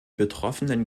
betroffenen